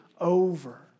over